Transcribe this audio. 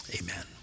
amen